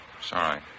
Sorry